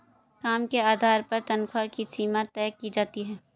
काम के आधार पर तन्ख्वाह की सीमा तय की जाती है